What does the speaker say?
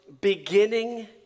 beginning